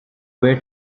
where